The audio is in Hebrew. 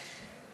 הייתי.